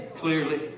clearly